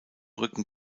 rücken